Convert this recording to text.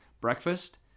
breakfast